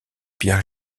pierre